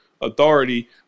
authority